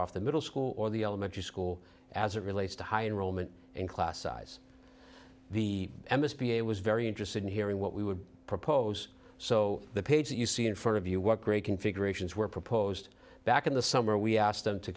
off the middle school or the elementary school as it relates to high in roman and class size the m s p it was very interested in hearing what we would propose so the page that you see in front of you work great configurations were proposed back in the summer we asked them to